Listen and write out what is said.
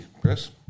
Chris